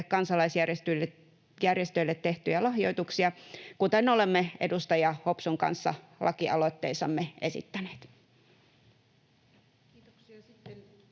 kansalaisjärjestöille tehtyjä lahjoituksia, kuten olemme edustaja Hopsun kanssa lakialoitteissamme esittäneet. Kiitoksia.